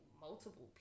multiple